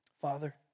Father